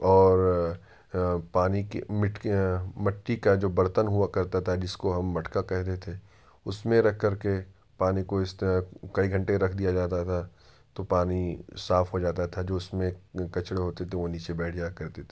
اور پانی کے مٹی کا جو برتن ہوا کرتا تھا جس کو ہم مٹکا کہتے تھے اس میں رکھ کر کے پانی کو کئی گھنٹے رکھ دیا جاتا تھا تو پانی صاف ہو جاتا تھا جو اس میں کچرے ہوتے تھے وہ نیچے بیٹھ جایا کرتے تھے